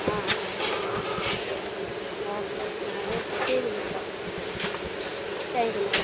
ആ ആ ആ ഓക്കെ ആ ഓക്കെ ശരി മാഡം ഓക്കെ ആ താങ്ക്യൂ മാഡം